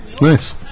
nice